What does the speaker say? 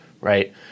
right